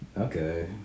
Okay